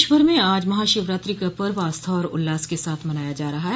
प्रदेश भर में आज महाशिवरात्रि का पर्व आस्था और उल्लास के साथ मनाया जा रहा है